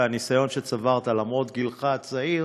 ועם הניסיון שצברת למרות גילך הצעיר,